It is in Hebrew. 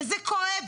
וזה כואב.